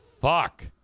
Fuck